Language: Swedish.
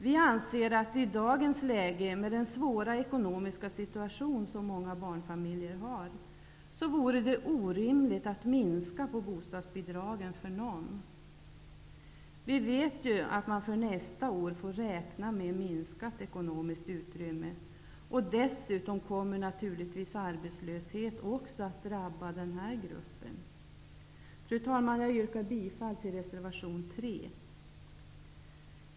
Vi anser att i dagens läge, med den svåra ekonomiska situation som många barnfamiljer har, vore det orimligt att minska på bostadsbidragen för någon. Vi vet ju att man för nästa år får räkna med minskat ekonomiskt utrymme, och dessutom kommer naturligtvis arbetslöshet att också drabba denna grupp. Fru talman! Jag yrkar bifall till reservation nr 3.